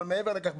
מעבר לכך,